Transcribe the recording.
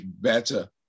better